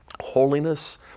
Holiness